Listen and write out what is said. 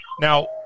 Now